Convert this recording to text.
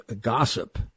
gossip